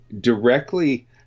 directly